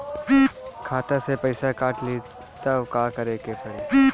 खाता से पैसा काट ली त का करे के पड़ी?